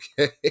Okay